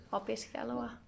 opiskelua